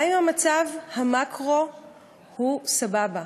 גם אם מצב המקרו הוא סבבה,